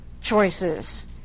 choices